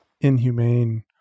inhumane